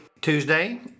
Tuesday